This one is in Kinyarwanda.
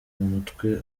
mutwe